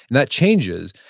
that changes,